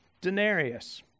denarius